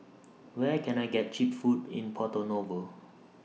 Where Can I get Cheap Food in Porto Novo